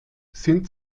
sind